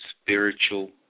spiritual